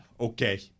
okay